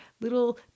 little